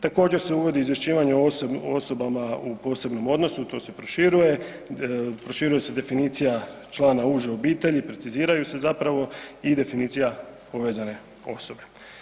Također se uvodi i izvješćivanje o osobama u posebnom odnosu, to se proširuje, proširuje se definicija člana uže obitelji, preciziraju se zapravo i definicija povezane osobe.